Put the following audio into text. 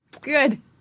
Good